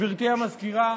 גברתי המזכירה,